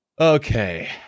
Okay